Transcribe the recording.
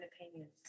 opinions